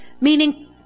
meaning